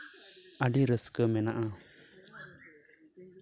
ᱟᱹᱰᱤ ᱨᱟᱹᱥᱠᱟᱹ ᱢᱮᱱᱟᱜᱼᱟ